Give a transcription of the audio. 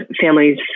families